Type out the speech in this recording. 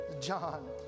John